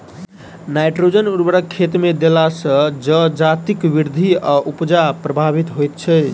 nitrogen उर्वरक खेतमे देला सॅ जजातिक वृद्धि आ उपजा प्रभावित होइत छै